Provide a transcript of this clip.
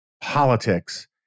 politics